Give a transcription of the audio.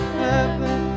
heaven